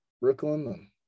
Brooklyn